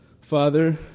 Father